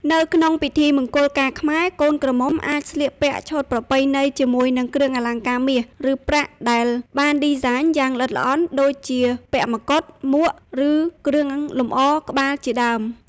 នៅក្នុងពិធីមង្គលការខ្មែរ កូនក្រមុំអាចស្លៀកពាក់ឈុតប្រពៃណីជាមួយនឹងគ្រឿងអលង្ការមាស ឬ ប្រាក់ដែលបានឌីហ្សាញយ៉ាងល្អិតល្អន់ ដូចជាពាក់មកុដ មួក ឬ គ្រឿងលម្អក្បាលជាដើម។